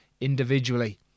individually